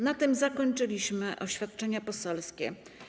Na tym zakończyliśmy oświadczenia poselskie.